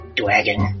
dragon